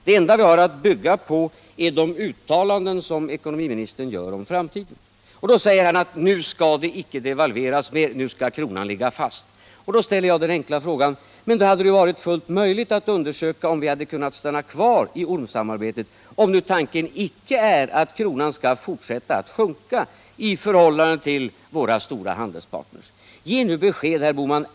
Det enda vi har att bygga på är de uttalanden som ekonomiministern gör om framtiden. Och så säger herr Bohman att nu skall det icke devalveras mer. Nu skall kronan ligga fast. Till det gör jag den enkla kommentaren att i så fall hade det ju varit fullt möjligt att undersöka om Sverige hade kunnat stanna kvar i ormsamarbetet — om nu tanken icke är att kronan skall fortsätta att sjunka i förhållande till våra stora handelspartners. Ge nu besked, herr Bohman!